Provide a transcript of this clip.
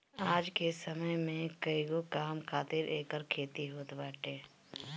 आज के समय में कईगो काम खातिर एकर खेती होत बाटे